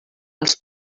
els